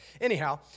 Anyhow